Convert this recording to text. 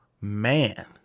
man